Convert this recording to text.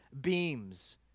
beams